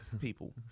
people